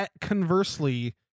Conversely